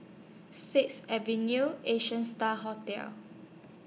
Sixth Avenue Asian STAR Hotel